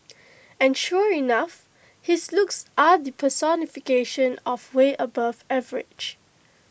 and sure enough his looks are the personification of way above average